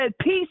peace